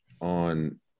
on